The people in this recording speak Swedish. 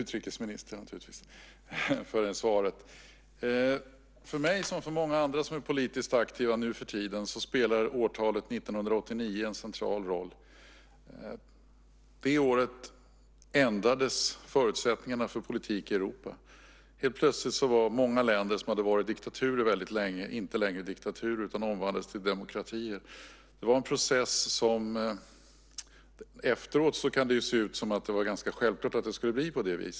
Fru talman! Tack fru utrikesminister för svaret. För mig, liksom för många andra som är politiskt aktiva nuförtiden, spelar årtalet 1989 en central roll. Det året ändrades förutsättningarna för politik i Europa. Helt plötsligt var många länder som länge hade varit diktaturer inte längre diktaturer utan omvandlades till demokratier. Det var en process som efteråt kunde se ut som om det hade varit ganska självklart att det skulle bli så.